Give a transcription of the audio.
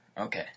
Okay